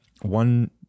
one